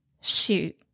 Shoot